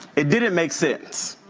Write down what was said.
it didn't make sense.